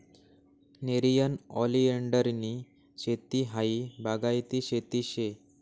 नेरियन ओलीएंडरनी शेती हायी बागायती शेती शे